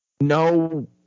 no